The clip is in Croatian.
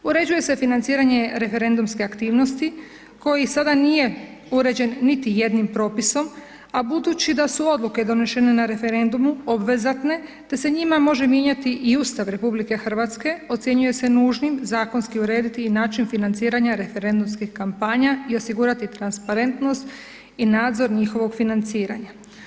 Uređuje se financiranje referendumske aktivnosti koji sada nije uređen niti jednim propisom, a budući da su odluke donešene na referendumu obvezatne, te se njima može mijenjati i Ustav RH, ocjenjuje se nužnim zakonski urediti i način financiranja referendumskih kampanja i osigurati transparentnost i nadzor njihovog financiranja.